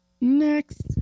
Next